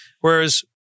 Whereas